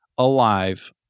alive